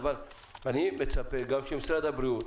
אבל אני גם מצפה שמשרד הבריאות